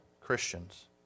Christians